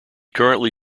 currently